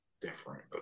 different